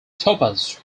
topaz